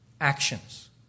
actions